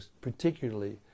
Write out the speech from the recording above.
particularly